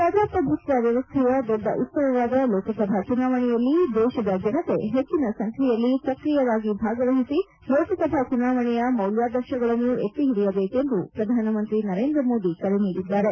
ಪ್ರಜಾಪ್ರಭುತ್ವ ವ್ಲವಸ್ಥೆಯ ದೊಡ್ಡ ಉತ್ತವವಾದ ಲೋಕಸಭಾ ಚುನಾವಣೆಯಲ್ಲಿ ದೇಶದ ಜನತೆ ಹೆಚ್ಚನ ಸಂಚ್ಯೆಯಲ್ಲಿ ಸಕ್ರಿಯವಾಗಿ ಭಾಗವಹಿಸಿ ಲೋಕಸಭಾ ಚುನಾವಣೆಯ ಮೌಲ್ಯಾದರ್ಶಗಳನ್ನು ಎತ್ತಿಹಿಡಿಯಬೇಕೆಂದು ಪ್ರಧಾನಮಂತ್ರಿ ನರೇಂದ್ರ ಮೋದಿ ಕರೆ ನೀಡಿದ್ದಾರೆ